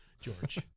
George